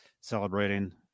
celebrating